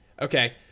Okay